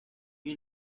you